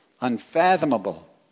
unfathomable